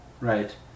Right